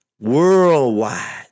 worldwide